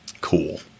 Cool